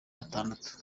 atandatu